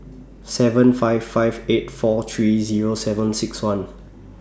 seven five five eight four three Zero seven six one